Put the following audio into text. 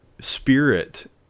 spirit